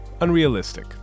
unrealistic